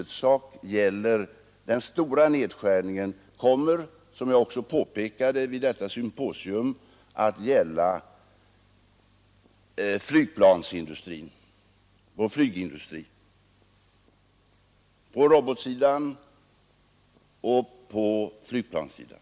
Den stora nedskärningen kommer, som jag också påpekade vid detta symposium, att gälla vår flygindustri — på robotsidan och på flygplanssidan.